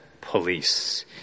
Police